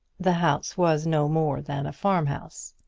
the house was no more than a farmhouse.